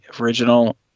original